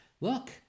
look